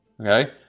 Okay